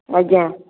ଆଜ୍ଞା